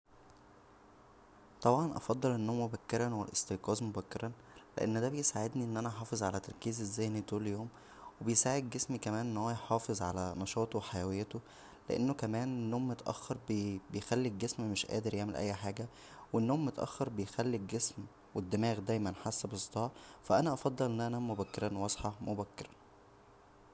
طبعا افضل النوم مبكرا والاستيقاظ مبكرا لان دا بيساعدنى ان انا احافظ على تركيزى الذهنى طول اليوم وبيسعاد جسمى كمان ان هو يحافظ على نشاطه و حيويته لانه كمان النوم متاخر بيخلى الجسم مش قادر يعمل اى حاجه و النوم متاخر بيخلى الجسم و الدماغ دايما حاسه بصداع فانا افضل ان انام مبكرا واصحى مبكرا